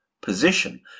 position